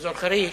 באזור חריש.